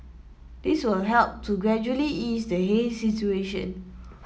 this will help to gradually ease the haze situation